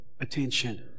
attention